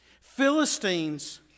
Philistines